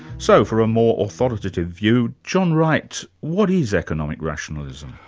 so for a more authoritative view, john wright, what is economic rationalism?